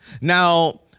Now